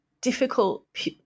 difficult